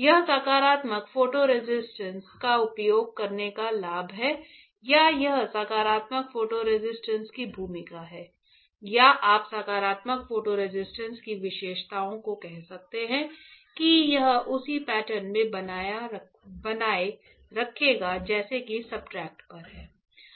यह सकारात्मक photo resist का उपयोग करने का लाभ है या यह सकारात्मक फोटो रेसिस्ट की भूमिका है या आप सकारात्मक फोटो रेसिस्ट की विशेषताओं को कह सकते हैं कि यह उसी पैटर्न को बनाए रखेगा जैसा कि सब्सट्रेट पर है